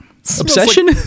Obsession